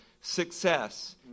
success